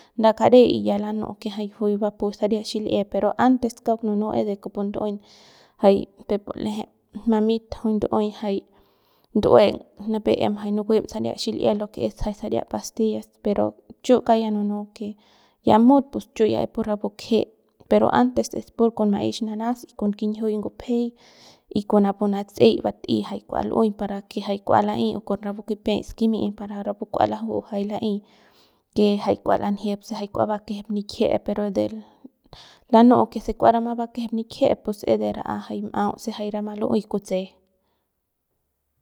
Nda kare y ya lanu'u que jay juy bapu saria xil'ie pero antes kauk nunu que es kupu ndu'uey jay peuk pu l'ejep mamita juy ndu'uey jay ndu'ueng nipep em jay nukuem saria xil'ie lo que es jay saria pastillas pero chu kauk nunu que ya mut pus chu ya es pur rapu kje pero antes es pur con maex nanas y con kinjiuy ngupjey y con napu natsey bat'ey y jay kua lu'uey para que jay kua la'ey con rapu kipiay skimi'i para que rapu kua laju'u jay la'ey que jay kua lanjiep se kua bakejep nikjie pero de lanu'u se kua rama bakejep nikjie pus es de ran'a de m'au se jay rama lu'uey kutse.